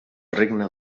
regne